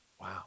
Wow